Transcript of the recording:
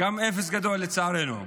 גם אפס גדול, לצערנו.